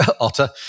otter